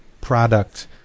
product